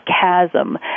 chasm